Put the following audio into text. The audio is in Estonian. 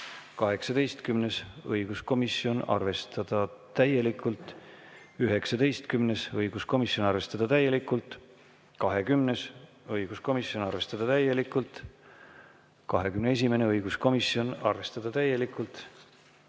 18.: õiguskomisjon, arvestada täielikult. 19.: õiguskomisjon, arvestada täielikult 20., õiguskomisjon, arvestada täielikult. 21.: õiguskomisjon, arvestada täielikult.